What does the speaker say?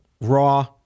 Raw